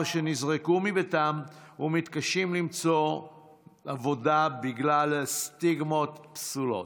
שנזרקו מביתם ומתקשים למצוא עבודה בגלל סטיגמות פסולות.